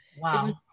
Wow